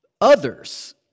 others